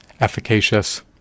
efficacious